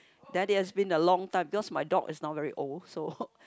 then it has been a long time because my dog is now very old so